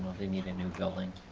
they need a new building.